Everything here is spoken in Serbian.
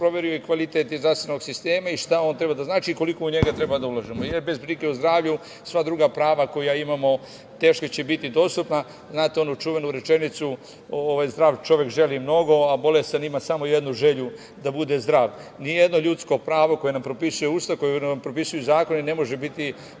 proverio i kvalitet zdravstvenog sistema i šta on treba da znači i koliko u njega treba da ulažemo. Jer, bez brige o zdravlju, sva druga prava koja imamo teško će biti dostupna. Znate onu čuvenu rečenicu - zdrav čovek želi mnogo, a bolestan ima samo jednu želju, da bude zdrav. Ni jedno ljudsko pravo koje nam propisuje Ustav, koje nam propisuju zakonu ne može biti